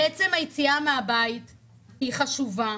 עצם היציאה מהבית היא חשובה,